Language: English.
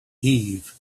eve